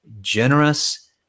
generous